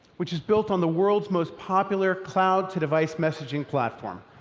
which is built on the world's most popular cloud-to-device messaging platform,